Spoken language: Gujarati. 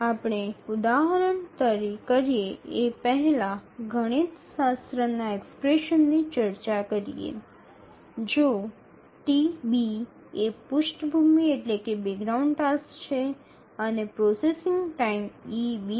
આપણે ઉદાહરણ કરીએ તે પહેલાં ગણિતશાસ્ત્રના એક્સપ્રેશન ની ચર્ચા કરીએ જો TB એ પૃષ્ઠભૂમિ ટાસ્ક છે અને પ્રોસેસિંગ ટાઇમ eB છે